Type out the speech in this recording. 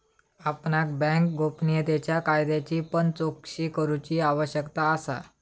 आपणाक बँक गोपनीयतेच्या कायद्याची पण चोकशी करूची आवश्यकता असा